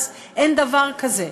אין דבר כזה.